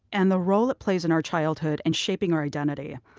and the role it plays in our childhood and shaping our identity.